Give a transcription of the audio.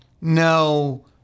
no